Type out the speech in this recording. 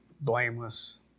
blameless